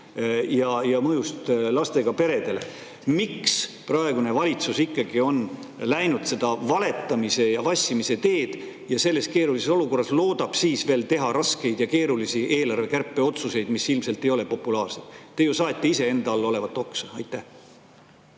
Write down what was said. ja mõjust lastega peredele. Miks praegune valitsus on läinud ikkagi valetamise ja vassimise teed ning siis loodab selles keerulises olukorras teha veel raskeid ja keerulisi eelarve kärpimise otsuseid, mis ilmselt ei ole populaarsed? Te ju saete iseenda all olevat oksa. Aitäh,